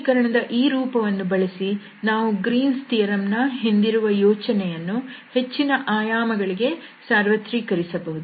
ಸಮೀಕರಣದ ಈ ರೂಪವನ್ನು ಬಳಸಿ ನಾವು ಗ್ರೀನ್ಸ್ ಥಿಯರಂ Green's Theorem ನ ಹಿಂದಿರುವ ಯೋಚನೆಯನ್ನು ಹೆಚ್ಚಿನ ಆಯಾಮ ಗಳಿಗೆ ಸಾರ್ವತ್ರಿಕರಿಸಬಹುದು